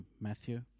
Matthew